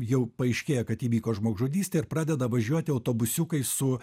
jau paaiškėja kad įvyko žmogžudystė ir pradeda važiuoti autobusiukai su